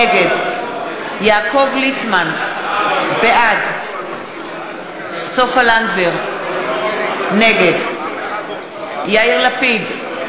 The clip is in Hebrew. נגד יעקב ליצמן, בעד סופה לנדבר, נגד יאיר לפיד,